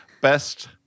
Best